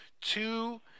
two